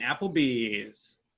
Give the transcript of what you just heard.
Applebee's